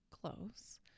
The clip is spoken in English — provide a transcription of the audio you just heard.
Close